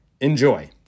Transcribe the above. Enjoy